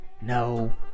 No